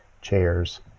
chairs